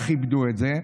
וכיבדו את זה,